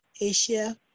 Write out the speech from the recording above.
Asia